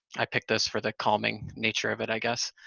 i picked this for the calming nature of it, i guess.